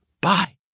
Bye